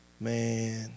Man